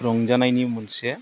रंजानायनि मोनसे